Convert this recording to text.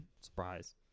Surprise